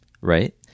right